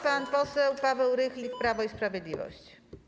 Pan poseł Paweł Rychlik, Prawo i Sprawiedliwość.